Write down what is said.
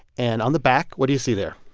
and on the back, what do you see there?